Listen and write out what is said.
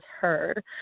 heard